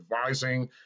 advising